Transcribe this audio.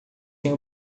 tem